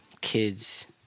kids